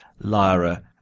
Lyra